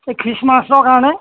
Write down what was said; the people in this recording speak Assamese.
এই খ্ৰীষ্টমাছৰ কাৰণে